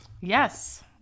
Yes